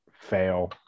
fail